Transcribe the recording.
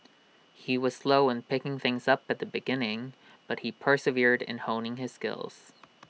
he was slow in picking things up at the beginning but he persevered in honing his skills